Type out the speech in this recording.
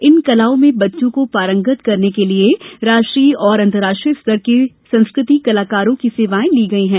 इन कलाओं में बच्चों को पारंगत बनाने के लिए राष्ट्रीय और अंतर्राष्ट्रीय स्तर के संस्कृति कलाकारों की सेवाये ली गई हैं